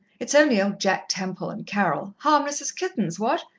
it's only old jack temple, and carol. harmless as kittens, what?